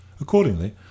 Accordingly